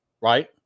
right